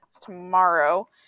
tomorrow